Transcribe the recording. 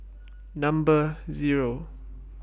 Number Zero